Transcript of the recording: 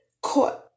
caught